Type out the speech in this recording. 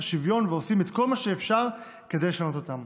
שוויון ועושים את כל מה שאפשר כדי לשנות אותם,